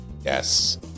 Yes